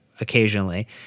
occasionally